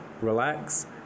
relax